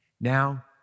Now